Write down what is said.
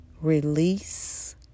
Release